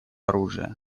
оружия